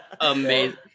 Amazing